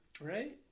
Right